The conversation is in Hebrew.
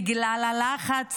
בגלל הלחץ